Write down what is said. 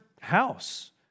house